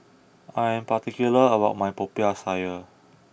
I am particular about my Popiah Sayur